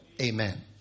Amen